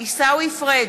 עיסאווי פריג'